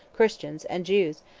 christians, and jews,